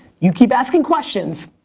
you keep asking questions,